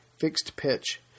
fixed-pitch